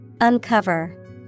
Uncover